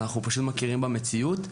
אנחנו פשוט מכירים במציאות,